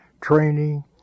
training